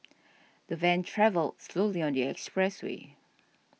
the van travelled slowly on the expressway